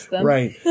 Right